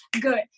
Good